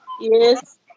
yes